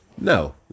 No